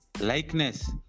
likeness